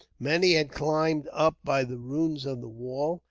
many had climbed up by the ruins of the wall,